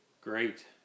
Great